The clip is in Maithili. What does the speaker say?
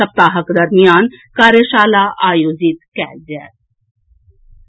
सप्ताहक दरमियान कार्यशाला आयोजित कएल जाएत